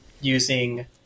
using